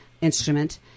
instrument